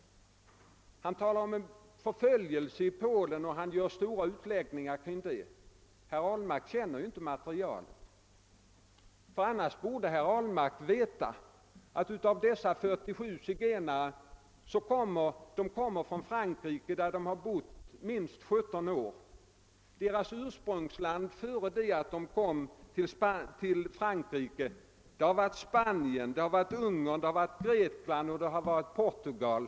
Han talar om förföljelse i Polen och utbreder sig härom. Herr Ahlmark kän ner tydligen inte till materialet, annars skulle han veta att dessa 47 zigenare kommer från Frankrike där de har bott minst 17 år. Dessförinnan bodde de i Spanien, Ungern, Grekland och Portugal.